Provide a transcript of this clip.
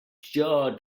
jaw